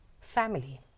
family